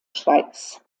schweiz